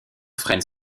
freinent